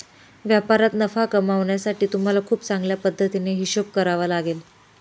व्यापारात नफा कमावण्यासाठी तुम्हाला खूप चांगल्या पद्धतीने हिशोब करावा लागेल